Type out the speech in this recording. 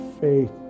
faith